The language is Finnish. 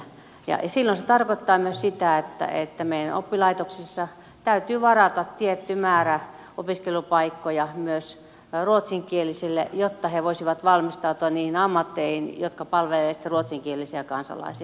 silloin se tarkoittaa myös sitä että meidän oppilaitoksissa täytyy varata tietty määrä opiskelupaikkoja myös ruotsinkielisille jotta he voisivat valmistautua niihin ammatteihin jotka palvelevat sitten ruotsinkielisiä kansalaisia